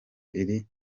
iri